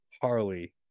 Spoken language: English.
Harley